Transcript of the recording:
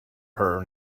her